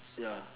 ya